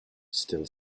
still